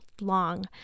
long